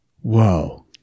Whoa